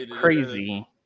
crazy